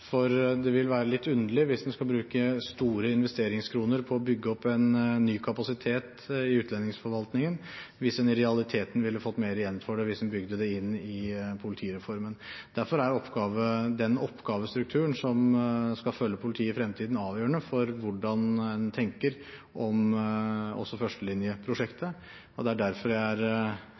for det vil være litt underlig hvis vi skal bruke store investeringskroner på å bygge opp en ny kapasitet i utlendingsforvaltningen hvis en i realiteten ville fått mer igjen for dem hvis en bygde det inn i politireformen. Derfor er den oppgavestrukturen som skal følge politiet i fremtiden, avgjørende for hvordan en tenker om også førstelinjeprosjektet. Det er derfor jeg er